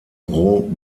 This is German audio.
roh